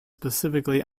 specifically